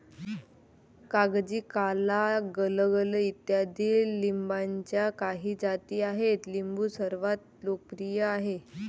कागजी, काला, गलगल इत्यादी लिंबाच्या काही जाती आहेत लिंबू सर्वात लोकप्रिय आहे